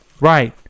Right